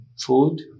food